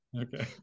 Okay